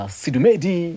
sidumedi